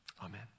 Amen